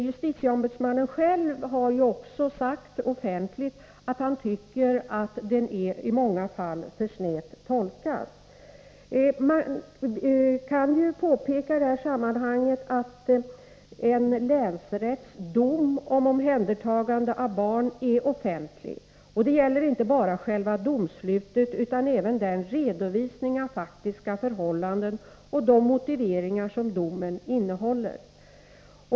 Justitieombudsmannen själv har också offentligt sagt att han tycker att lagen i många fall tolkas för snävt. Man kan i det här sammanhanget påpeka att en länsrätts dom om omhändertagande av barn är offentlig. Det gäller inte bara själva domslutet utan också redovisningen av faktiska förhållanden och den motivering som domen innehåller.